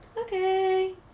okay